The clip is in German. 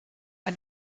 ein